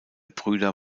brüder